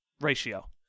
ratio